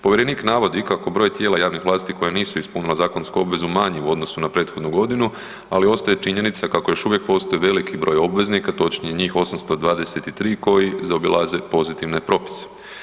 Povjerenik navodi kako broj tijela javnih vlasti koja nisu ispunila zakonsku obvezu manji u odnosu na prethodnu godinu, ali ostaje činjenica kako još uvijek postoji velik broj obveznika, točnije njih 823 koji zaobilaze pozitivne propise.